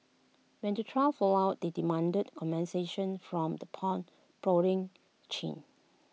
when the trio found out they demanded compensation from the pawnbroking chain